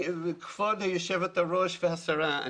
כבוד היושבת ראש והשרה,